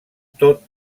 tot